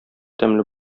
тәмле